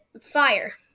fire